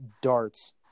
darts